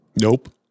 Nope